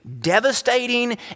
devastating